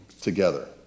together